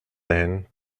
then